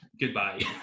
goodbye